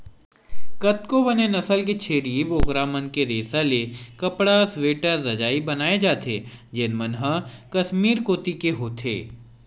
कतको बने नसल के छेरी बोकरा मन के रेसा ले कपड़ा, स्वेटर, रजई बनाए जाथे जेन मन ह कस्मीर कोती के होथे